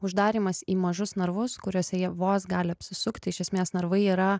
uždarymas į mažus narvus kuriuose jie vos gali apsisukti iš esmės narvai yra